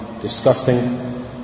disgusting